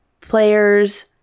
players